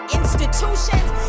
institutions